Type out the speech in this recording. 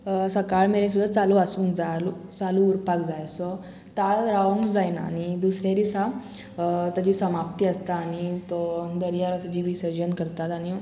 सकाळ मेरेन सुद्दां चालू आसूंक जाल चालू उरपाक जाय सो ताळ रावंक जायना आनी दुसरे दिसा ताची समाप्ती आसता आनी तो दर्यार असो जी विसर्जन करतात आनी